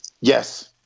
Yes